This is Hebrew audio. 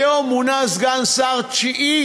היום מונה סגן שר תשיעי